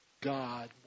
God